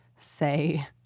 say